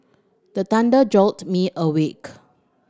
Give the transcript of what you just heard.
the thunder jolt me awake